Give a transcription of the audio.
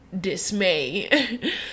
dismay